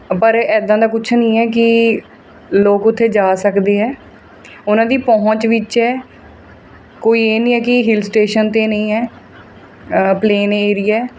ਪਰ ਐਦਾਂ ਦਾ ਕੁਛ ਨਹੀਂ ਹੈ ਕਿ ਲੋਕ ਉੱਥੇ ਜਾ ਸਕਦੇ ਹੈ ਉਹਨਾਂ ਦੀ ਪਹੁੰਚ ਵਿੱਚ ਹੈ ਕੋਈ ਇਹ ਨਹੀਂ ਹੈ ਕਿ ਹਿਲ ਸਟੇਸ਼ਨ 'ਤੇ ਨਹੀਂ ਹੈ ਪਲੇਨ ਏਰੀਆ